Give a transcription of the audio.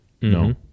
no